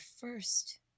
first